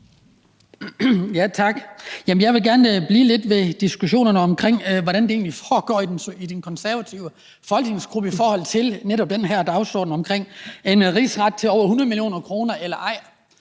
Jeg vil gerne blive lidt ved diskussionerne om, hvordan det egentlig foregår i den konservative folketingsgruppe i forhold til netop den her dagsorden med en rigsret til over 100 mio. kr. eller ej.